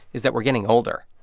is that we're getting older.